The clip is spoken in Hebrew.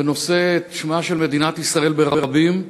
ונושא את שמה של מדינת ישראל ברבים.